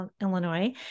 Illinois